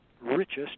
richest